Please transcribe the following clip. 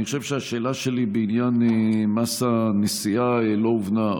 אני חושב שהשאלה שלי בעניין מס הנסיעה לא הובנה.